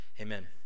Amen